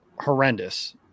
horrendous